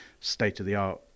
state-of-the-art